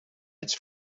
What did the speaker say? its